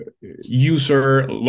user